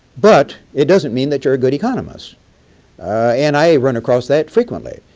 but it doesn't mean that you're a good economist and i run across that frequently.